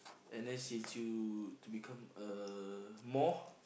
N_S change you to become a more